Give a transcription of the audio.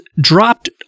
dropped